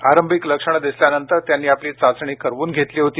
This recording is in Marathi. आरंभिक लक्षणं दिसल्यानंतर त्यांनी आपली चाचणी करवून घेतली होती